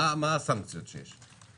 איזה סנקציות שיש?